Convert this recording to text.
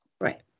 Right